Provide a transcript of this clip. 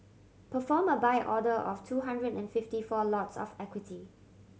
perform a Buy order of two hundred and fifty four lots of equity